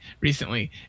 recently